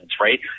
right